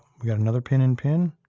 we got another pin in pin.